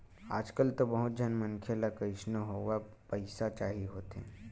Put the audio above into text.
आजकल तो बहुत झन मनखे ल कइसनो होवय पइसा चाही होथे